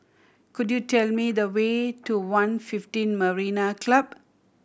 could you tell me the way to One fifteen Marina Club